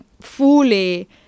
fully